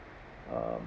um